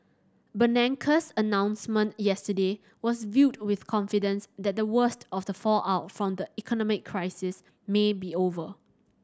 Bernanke's announcement yesterday was viewed with confidence that the worst of the fallout from the economic crisis may be over